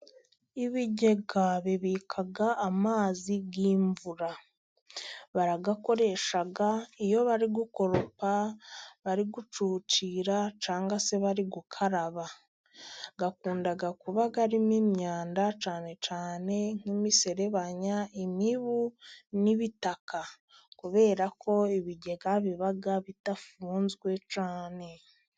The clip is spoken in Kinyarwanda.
Ibigega bibika amazi y'imvura, barayakoresha iyo bari gukoropa, bari gucucira, cangwa se bari gukaraba, akunda kuba arimo imyanda, cyane cyane nk'imiserebanya, imibu n'ibitaka, kubera ko ibigega biba bidafunzwe cyane.